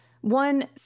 one